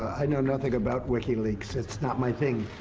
i know nothing about wikileaks. it's not my thing.